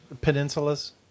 peninsulas